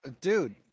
Dude